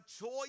choice